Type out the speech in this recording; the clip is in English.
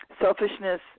selfishness